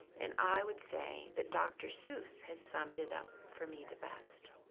and i would say that dr. seuss has summed it up for me the best.